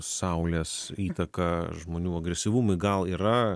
saulės įtaką žmonių agresyvumui gal yra